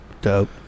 Dope